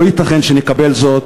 לא ייתכן שנקבל זאת.